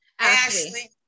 Ashley